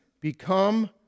become